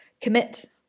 commit